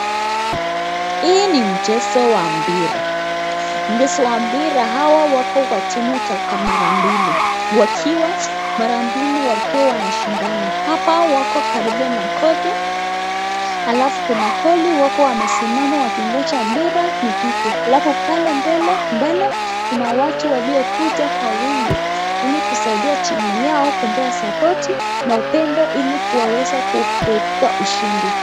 Hii ni mchezo wa mpira mchezo wa mpira hawa wako kwa timu mara mbili wakiwa mara mbili wakiwa wanashindana. Hapa wako karibu na koli. Alafu kuna koli wako wanasimama wakingoja mpira upigwe alafu pale mbele kuna watu waliokuja kwa wingi ili kusaidia timu yao kupea sapoti na upendo ili kuwaeza kuepuka ushindi.